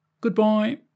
Goodbye